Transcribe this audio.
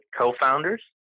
co-founders